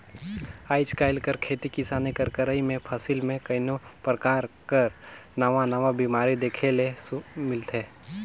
आएज काएल कर खेती किसानी कर करई में फसिल में कइयो परकार कर नावा नावा बेमारी देखे सुने ले मिलथे